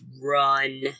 run